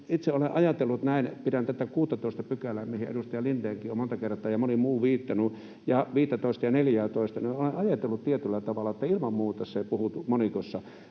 itse asiassa, kun itse pidän tätä 16 §:ää, mihin edustaja Lindénkin on monta kertaa, ja moni muu, viitannut — ja 15:tä ja 14:ää — ja olen ajatellut tietyllä tavalla, että ilman muuta se puhuu monikossa,